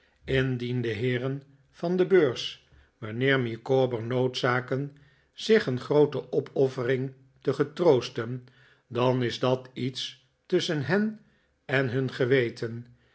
de heeren van de beurs mijnheer micawber noodzaken zich een groote opoffering te getroosten dan is dat iets tusschen hen en hun geweten